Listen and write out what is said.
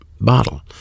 bottle